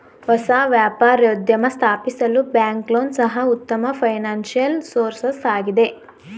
ಹೊಸ ವ್ಯಾಪಾರೋದ್ಯಮ ಸ್ಥಾಪಿಸಲು ಬ್ಯಾಂಕ್ ಲೋನ್ ಸಹ ಉತ್ತಮ ಫೈನಾನ್ಸಿಯಲ್ ಸೋರ್ಸಸ್ ಆಗಿದೆ